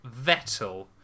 Vettel